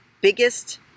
biggest